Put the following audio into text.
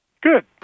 Good